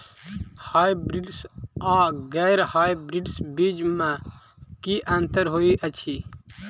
Hybrids आ गैर hybrids बीज म की अंतर होइ अछि?